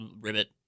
ribbit